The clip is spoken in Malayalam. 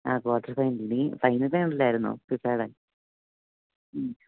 ആ ക്വാട്ടർ ഫൈനൽ നീ ഫൈനൽ കണ്ടില്ലായിരുന്നോ ഫിഫായുടെ മ്മ്